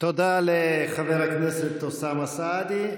תודה לחבר הכנסת אוסאמה סעדי.